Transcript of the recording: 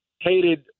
hated